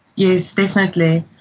yes, definitely,